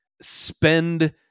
spend